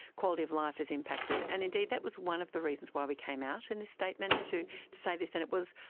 quality of life is impacted. and indeed, that was one of the reasons why we came out in this statement to say this and it was,